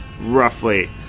roughly